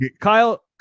Kyle